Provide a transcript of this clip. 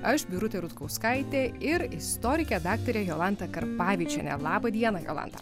aš birutė rutkauskaitė ir istorikė daktarė jolanta karpavičienė laba diena jolanta